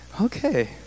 Okay